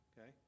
Okay